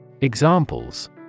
Examples